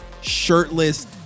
shirtless